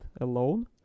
alone